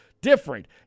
different